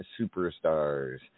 Superstars